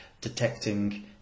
detecting